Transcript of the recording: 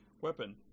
weapon